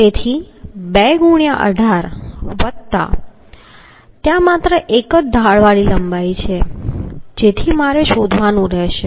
તેથી 2 ગુણ્યાં 18 વત્તા ત્યાં માત્ર એક જ ઢાળવાળી લંબાઈ છે જેથી મારે શોધવાનું રહેશે